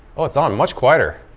oh it's on. much quieter.